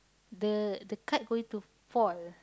the the kite going to fall